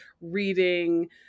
reading